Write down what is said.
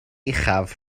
uchaf